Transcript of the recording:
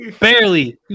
barely